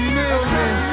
million